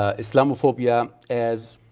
ah islamophobia as